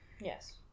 yes